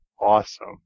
awesome